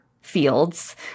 fields